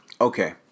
Okay